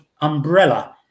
umbrella